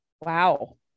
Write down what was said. Wow